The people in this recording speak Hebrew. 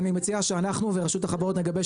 אני מציע שאנחנו ורשות החברות נגבש